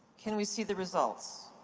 can we see the results?